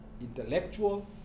intellectual